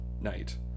night